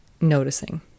noticing